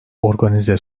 organize